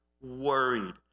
worried